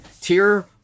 Tier